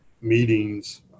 meetings